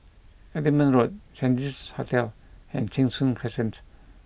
Edinburgh Road Saint Regis Hotel and Cheng Soon Crescent